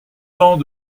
temps